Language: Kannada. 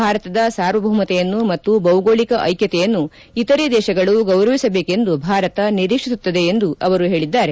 ಭಾರತದ ಸಾರ್ವಭೌಮತೆಯನ್ನು ಮತ್ತು ಭೌಗೋಳಿಕ ಐಕ್ಕತೆಯನ್ನು ಇತರೆ ದೇಶಗಳು ಗೌರವಿಸಬೇಕೆಂದು ಭಾರತ ನಿರೀಕ್ಷಿಸುತ್ತದೆ ಎಂದು ಅವರು ಹೇಳಿದ್ದಾರೆ